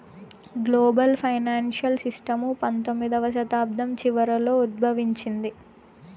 global financial system పంతొమ్మిదవ శతాబ్దం చివరలో ఉద్భవించింది